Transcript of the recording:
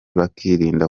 bakirinda